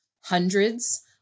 hundreds